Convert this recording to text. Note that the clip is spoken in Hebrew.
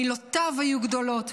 מילותיו היו גדולות,